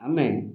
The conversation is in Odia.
ଆମେ